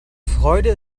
freude